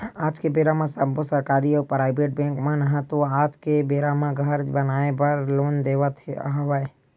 आज के बेरा म सब्बो सरकारी अउ पराइबेट बेंक मन ह तो आज के बेरा म घर बनाए बर लोन देवत हवय